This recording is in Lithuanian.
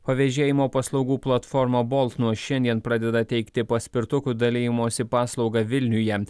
pavėžėjimo paslaugų platforma bolt nuo šiandien pradeda teikti paspirtukų dalijimosi paslaugą vilniuje